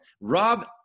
Rob